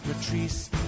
Patrice